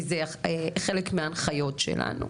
כי זה חלק מההנחיות שלנו.